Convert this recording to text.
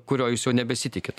kurio jūs jau nebesitikit